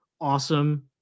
awesome